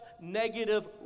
negative